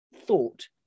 thought